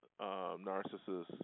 narcissist